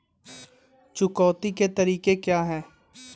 चुकौती के तरीके क्या हैं?